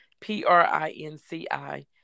P-R-I-N-C-I